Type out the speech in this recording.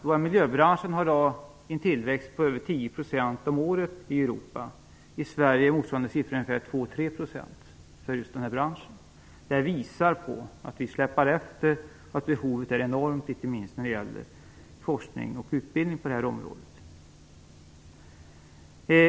Bara miljöbranschen har i dag en tillväxt på över 10 % om året i Europa. I Sverige är motsvarande siffra 2-3 % för just denna bransch. Det visar att vi släpar efter och att behovet är enormt inte minst när det gäller forskning och utbildning på detta område.